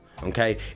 Okay